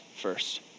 first